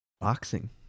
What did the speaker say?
boxing